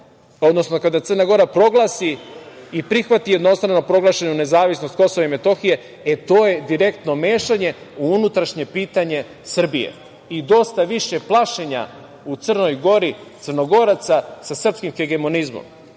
To je kada Crna Gora proglasi i prihvati jednostrano proglašenu nezavisnost Kosova i Metohije. E, to je direktno mešanje u unutrašnje pitanje Srbije. I dosta više plašenja u Crnoj Gori Crnogoraca sa srpskim hegemonizmom. Ono